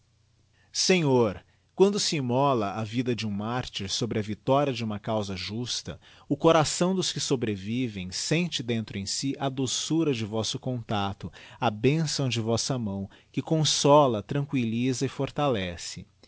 senhor quando se immola a vida de um martyr sobre a victoria de uma causa justa o coração doa que sobrevivem sente dentro em si a doçura de vosso contacto a benção de vossa mão que consola tranquilliza e fortalece